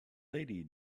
lady